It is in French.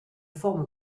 forme